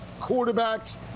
quarterbacks